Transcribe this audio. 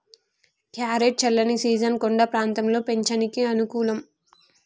carrot చల్లని season కొండ ప్రాంతంలో పెంచనీకి అనుకూలం